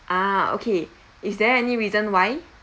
ah okay is there any reason why